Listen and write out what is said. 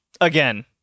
again